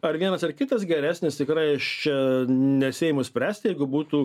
ar vienas ar kitas geresnis tikrai aš čia nesiimu spręsti jeigu būtų